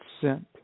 sent